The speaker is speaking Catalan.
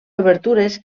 obertures